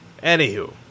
Anywho